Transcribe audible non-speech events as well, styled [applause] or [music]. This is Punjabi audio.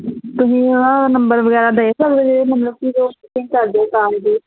ਤੁਸੀਂ ਆਹ ਨੰਬਰ ਵਗੈਰਾ ਦੇ ਸਕਦੇ ਮਤਲਬ [unintelligible] ਦੀ